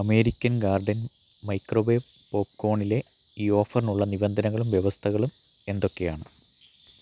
American Garden microwave പോപ്കോണിലെ ഈ ഓഫറിനുള്ള നിബന്ധനകളും വ്യവസ്ഥകളും എന്തൊക്കെയാണ്